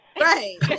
Right